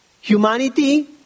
Humanity